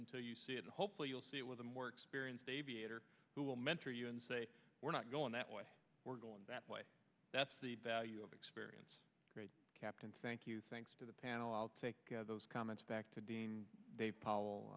until you see it hopefully you'll see it with a more experienced aviator who will mentor you and say we're not going that way we're going that way that's the value of experience great captain thank you thanks to the panel i'll take those comments back to dean dave powell